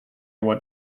what